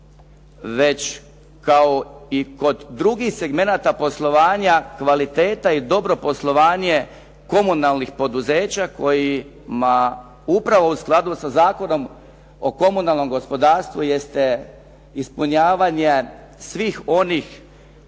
već kao i kod drugih segmenata poslovanja kvaliteta i dobro poslovanje komunalnih poduzeća kojima upravo u skladu sa zakonom o komunalnom gospodarstvu jeste ispunjavanje svih onih